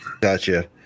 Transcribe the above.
Gotcha